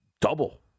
double